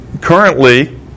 currently